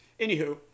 Anywho